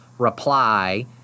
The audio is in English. Reply